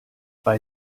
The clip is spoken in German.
bei